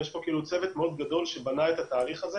יש פה צוות מאוד גדול שבנה את התהליך הזה